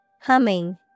Humming